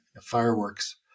fireworks